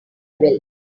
will